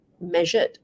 measured